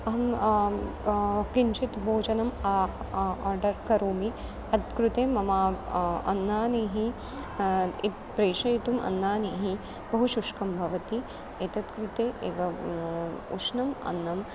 अहं किञ्चित् भोजनम् आर्डर् करोमि तत्कृते मम अन्नानि इ प्रेषयितुम् अन्नानि बहु शुष्कं भवति एतत् कृते एव उष्णम् अन्नम्